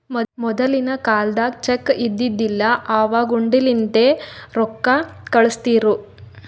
ಮೊದಲಿನ ಕಾಲ್ದಾಗ ಚೆಕ್ ಇದ್ದಿದಿಲ್ಲ, ಅವಾಗ್ ಹುಂಡಿಲಿಂದೇ ರೊಕ್ಕಾ ಕಳುಸ್ತಿರು